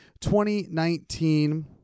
2019